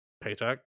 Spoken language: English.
paycheck